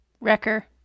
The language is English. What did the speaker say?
Wrecker